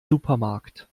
supermarkt